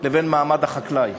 לבין מעמד החקלאי.